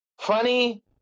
funny